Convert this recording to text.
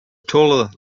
taller